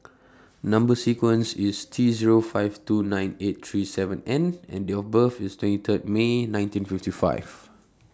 Number sequence IS T Zero five two nine eight three seven N and Date of birth IS twenty Third May nineteen fifty five